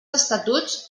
estatuts